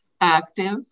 active